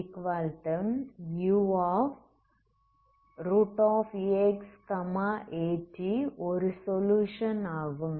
vxtuaxat ஒரு solution ஆகும்